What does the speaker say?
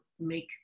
make